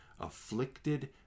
afflicted